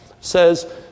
says